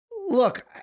Look